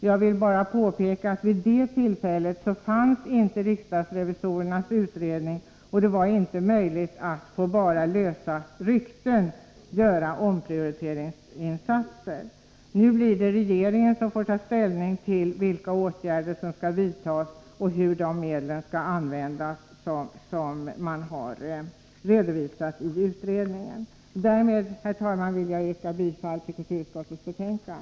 Jag vill bara påpeka att riksdagsrevisorernas utredning inte förelåg vid det tillfället. Det var inte möjligt att på bara lösa rykten göra omprioriteringar. Nu får regeringen ta ställning till vilka åtgärder som skall vidtas och hur de medel skall användas som har redovisats av utredningen. Därmed, herr talman, yrkar jag bifall till kulturutskottets hemställan.